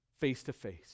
face-to-face